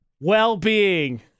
well-being